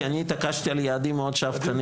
כי אני התעקשתי על יעדים מאוד שאפתניים,